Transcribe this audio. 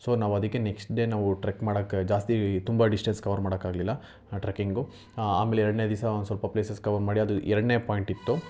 so ನಾವು ಅದಕ್ಕೆ next day ನಾವು ಟ್ರೆಕ್ ಮಾಡಕ್ಕೆ ಜಾಸ್ತಿ ತುಂಬ ಡಿಸ್ಟೆನ್ಸ್ ಕವರ್ ಮಾಡಕ್ಕೆ ಆಗಲಿಲ್ಲ ಆ ಟ್ರೆಕ್ಕಿಂಗು ಆಮೇಲೆ ಎರಡನೇ ದಿವ್ಸ ಒಂದು ಸ್ವಲ್ಪ ಪ್ಲೇಸಸ್ ಕವರ್ ಮಾಡಿ ಅದು ಎರಡನೇ ಪಾಯಿಂಟ್ ಇತ್ತು